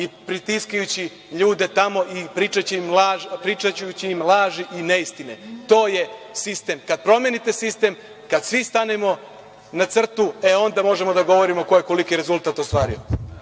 i pritiskajući ljude tamo i pričajući im laži i neistine. To je sistem. Kad promenite sistem, kad svi stanemo na crtu, onda možemo da govorimo ko je koliki rezultat ostvario.